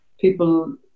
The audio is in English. people